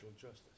justice